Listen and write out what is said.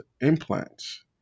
implants